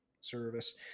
service